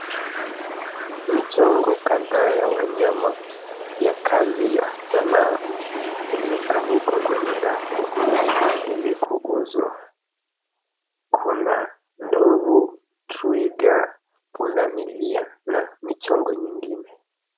Michongo kadhaa ya wanyama ya kazi ya sanaa imeanikwa kwenye rafu ili kuuzwa. kuna ndovu, twiga, pundamilia na michongo nyingine.